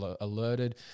alerted